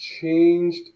changed